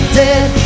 dead